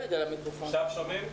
גברתי חברת הכנסת,